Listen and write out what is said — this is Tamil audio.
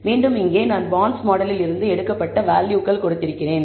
மீண்டும் இங்கே நான் பாண்ட்ஸ் மாடலில் இருந்து எடுக்கப்பட்ட வேல்யூகள் கொடுத்திருக்கிறேன்